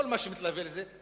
כל מה שמתלווה לזה,